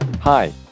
Hi